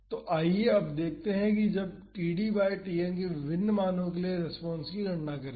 तो आइए अब देखते हैं अब td बाई Tn के विभिन्न मानों के लिए रेस्पॉन्स की गणना करते हैं